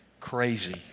Crazy